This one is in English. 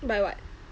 buy what